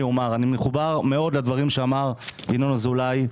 אני מחובר מאוד לדברים שאמר ינון אזולאי,